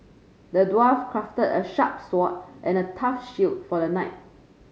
the dwarf crafted a sharp sword and a tough shield for the knight